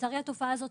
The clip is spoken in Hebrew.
לצערי התופעה הזו,